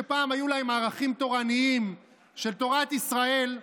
שפעם היו להם ערכים תורניים של תורת ישראל,